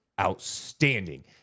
outstanding